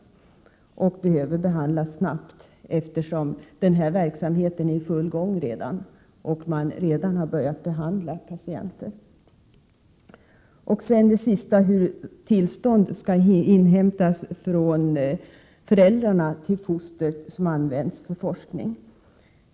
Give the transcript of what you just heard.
Frågan behöver behandlas snabbt, eftersom den här verksamheten är i full gång och man redan har börjat behandla patienter. Så till frågan om hur tillstånd skall inhämtas från föräldrarna till foster som används för forskning.